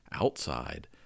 outside